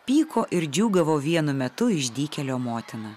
pyko ir džiūgavo vienu metu išdykėlio motina